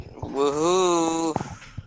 Woohoo